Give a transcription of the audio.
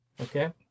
Okay